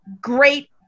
great